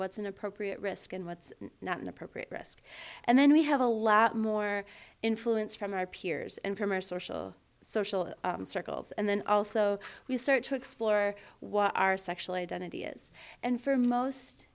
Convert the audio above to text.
what's an appropriate risk and what's not an appropriate risk and then we have a lot more influence from our peers and from our social social circles and then also we start to explore what our sexual identity is and for most